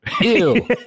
ew